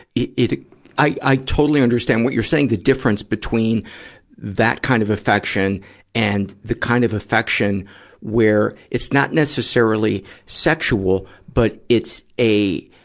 it, it i, i totally understand what you're saying, the difference between that kind of affection and the kind of affection where, it's not necessarily sexual, but it's a,